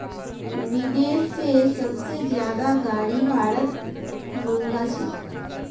विदेश से सबसे ज्यादा गाडी भारत मंगा छे